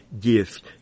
gift